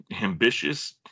ambitious